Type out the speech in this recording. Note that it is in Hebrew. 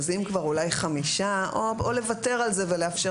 אז אם כבר אולי חמישה או לוותר על זה ולאפשר